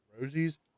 Rosie's